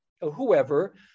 whoever